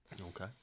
Okay